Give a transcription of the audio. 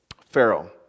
Pharaoh